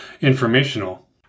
informational